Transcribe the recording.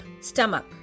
stomach